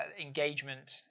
engagement